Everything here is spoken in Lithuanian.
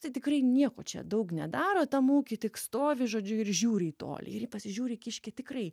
tai tikrai nieko čia daug nedaro tam ūky tik stovi žodžiu ir žiūri į tolį ir ji pasižiūri kiškė tikrai